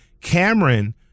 Cameron